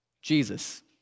Jesus